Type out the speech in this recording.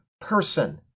person